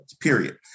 period